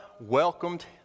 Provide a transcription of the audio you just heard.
welcomed